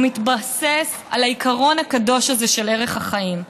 מתבסס על העיקרון הקדוש הזה של ערך החיים.